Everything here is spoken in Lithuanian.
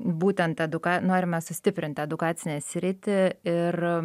būtent eduka norime sustiprinti edukacinę sritį ir